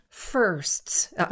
firsts